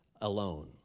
alone